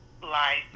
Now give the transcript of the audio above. Life